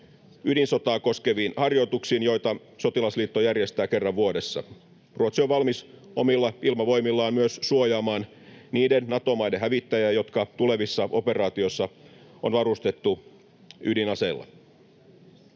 ydinsotaa koskeviin harjoituksiin, joita sotilasliitto järjestää kerran vuodessa. Ruotsi on valmis omilla ilmavoimillaan myös suojaamaan niiden Nato-maiden hävittäjiä, jotka tulevissa operaatiossa on varustettu ydinaseilla.